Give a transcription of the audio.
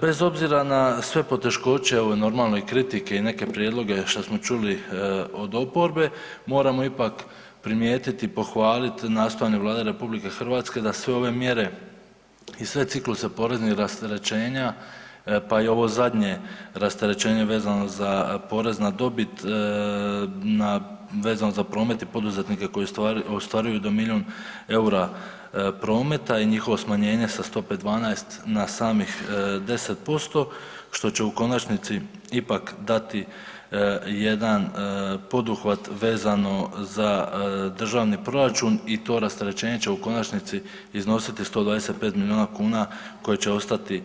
Bez obzira na sve poteškoće i kritike i neke prijedloge što smo čuli od oporbe, moramo ipak primijetiti i pohvaliti nastojanje Vlade RH da sve ove mjere i sve cikluse poreznih rasterećenja pa i ovo zadnje rasterećenje vezano za porez na dobit, vezano za promet i poduzetnike koji ostvaruju do milijun eura prometa i njihovo smanjenje sa stope 12 na samih 10% što će u konačnici ipak dati jedan poduhvat vezano za državni proračun i to rasterećenje će u konačnici iznositi 125 milijuna kuna koje će ostati